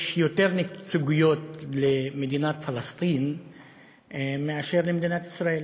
יש יותר נציגויות למדינת פלסטין מאשר למדינת ישראל